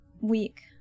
week